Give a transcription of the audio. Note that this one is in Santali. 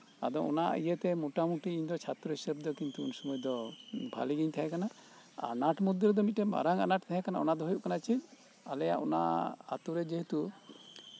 ᱟᱫᱚ ᱚᱱᱟ ᱤᱭᱟᱹᱛᱮ ᱢᱩᱴᱟᱢᱩᱴᱤ ᱩᱱ ᱥᱤᱢᱤᱭ ᱫᱚ ᱤᱧᱟᱹᱜ ᱪᱷᱟᱛᱨᱚ ᱦᱤᱥᱟᱹᱵ ᱛᱮ ᱤᱧ ᱫᱚ ᱩᱱᱫᱚ ᱠᱤᱱᱛᱩ ᱵᱷᱟᱹᱜᱤ ᱜᱤᱧ ᱛᱟᱦᱮᱸᱠᱟᱱᱟ ᱟᱨ ᱟᱱᱟᱴ ᱢᱚᱫᱽᱫᱷᱮ ᱢᱤᱫᱴᱟᱝ ᱢᱟᱨᱟᱝ ᱟᱱᱟᱴ ᱛᱟᱦᱮᱸᱠᱟᱱᱟ ᱚᱱᱟ ᱫᱚ ᱦᱩᱭᱩᱜ ᱠᱟᱱᱟ ᱪᱮᱫ ᱟᱞᱮ ᱟᱛᱳ ᱨᱮ ᱡᱮᱦᱮᱛᱩ